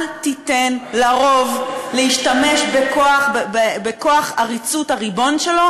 אל תיתן לרוב להשתמש בכוח עריצות הריבון שלו